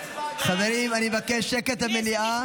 חברים, אני מבקש שקט במליאה.